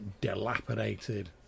dilapidated